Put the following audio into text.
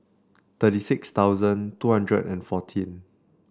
thirty six thousand two hundred and fourteen